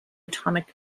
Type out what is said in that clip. atomic